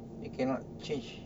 you cannot change